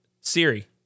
Siri